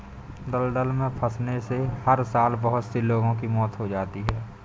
दलदल में फंसने से हर साल बहुत से लोगों की मौत हो जाती है